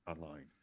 online